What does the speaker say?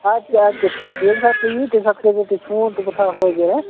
اَدٕ کیٛاہ اَدٕ کیٛاہ ٹھیٖک چھُ ییٚمہِ ساتہٕ تُہی یِیِو تَمہِ ساتہٕ کٔرۍزیٚو تُہۍ فون تہٕ بہٕ تھاوٕ حٲضر